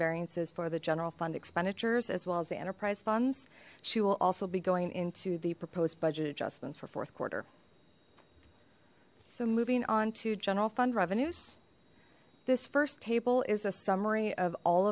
variances for the general fund expenditures as well as the enterprise funds she will also be going into the proposed budget adjustments for fourth quarter so moving on to general fund revenues this first table is a summary of all